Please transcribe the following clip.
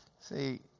See